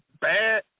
bad